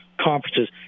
conferences